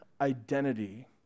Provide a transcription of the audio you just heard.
identity